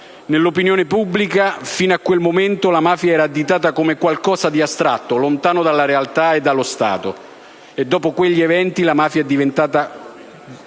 Nell'opinione pubblica, fino a quel momento, la mafia era additata come qualcosa di astratto lontano dalla realtà e dallo Stato: dopo quegli eventi, la mafia è diventata